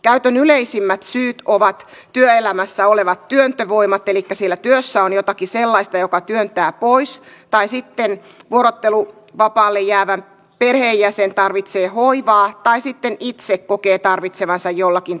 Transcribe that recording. käytön yleisimmät syyt ovat työelämässä olevat työntövoimat elikkä siellä työssä on jotakin sellaista joka työntää pois tai sitten vuorotteluvapaalle jäävä perheenjäsen tarvitsee hoivaa tai sitten itse kokee tarvitsevansa jollakin tavalla hoivaa